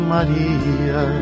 Maria